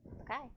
Okay